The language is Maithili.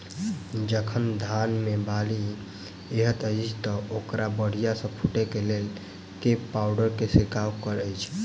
जखन धान मे बाली हएत अछि तऽ ओकरा बढ़िया सँ फूटै केँ लेल केँ पावडर केँ छिरकाव करऽ छी?